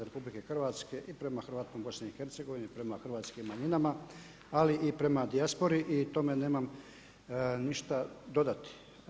RH i prema Hrvatima BiH-a i prema hrvatskim manjinama ali i prema dijaspori i tome nemam ništa dodati.